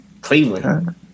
Cleveland